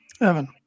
Evan